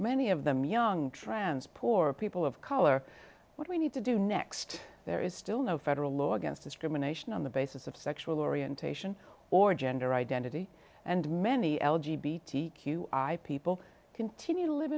many of them young trans poor people of color what we need to do next there is still no federal law against discrimination on the basis of sexual orientation or gender identity and many l g b people continue to live